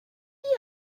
you